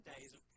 days